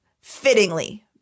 fittingly